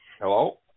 Hello